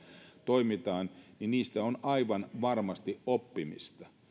toimitaan että niistä on aivan varmasti oppimista